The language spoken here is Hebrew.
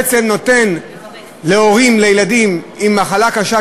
הוא בעצם נותן להורים לילדים עם מחלה קשה,